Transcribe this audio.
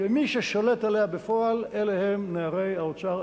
שמי ששולט עליה בפועל אלה הם נערי האוצר,